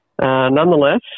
nonetheless